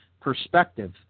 perspective